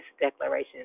declaration